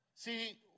See